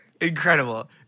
Incredible